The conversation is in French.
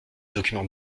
document